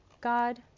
God